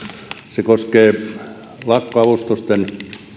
se koskee lakkoavustusten